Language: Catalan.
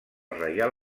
reial